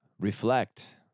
Reflect